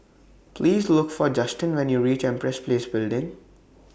Please Look For Justin when YOU REACH Empress Place Building